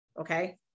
Okay